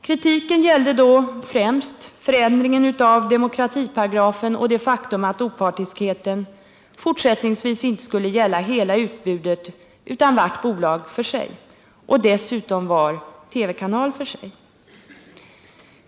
Kritiken gällde då främst förändringen av demokratiparagrafen och det faktum att opartiskheten fortsättningsvis inte skulle gälla hela utbudet utan varje bolag för sig och dessutom varje TV-kanal för sig.